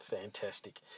Fantastic